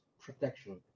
protection